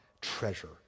treasure